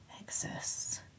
exists